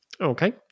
Okay